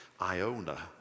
Iona